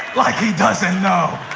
like he doesn't know.